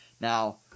Now